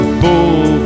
bull